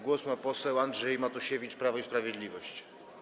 Głos ma poseł Andrzej Matusiewicz, Prawo i Sprawiedliwość.